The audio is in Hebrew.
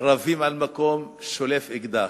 רבים על מקום, שולף אקדח,